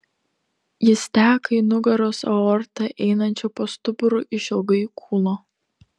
jis teka į nugaros aortą einančią po stuburu išilgai kūno